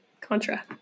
Contra